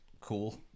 Cool